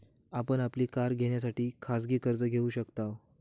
आपण आपली कार घेण्यासाठी खाजगी कर्ज घेऊ शकताव